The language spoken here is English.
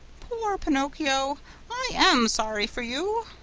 poor pinocchio i am sorry for you.